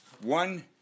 One